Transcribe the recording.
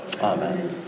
Amen